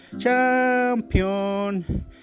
champion